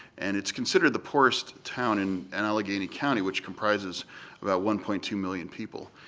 and it's considered the poorest town in and allegheny county, which comprises about one point two million people.